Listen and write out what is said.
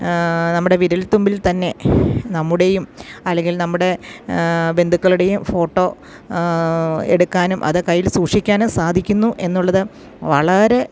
നമ്മുടെ വിരൽത്തുമ്പിൽ തന്നെ നമ്മുടെയും അല്ലെങ്കിൽ നമ്മുടെ ബന്ധുക്കളുടെയും ഫോട്ടോ എടുക്കാനും അത് കയ്യില് സൂക്ഷിക്കാനും സാധിക്കുന്നുവെന്നുള്ളത് വളരെ